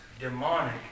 demonic